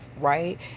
right